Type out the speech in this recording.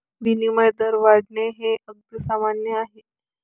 विनिमय दर वाढणे हे अगदी सामान्य आहे